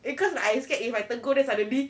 eh cause I scared if I tegur then suddenly